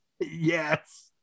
Yes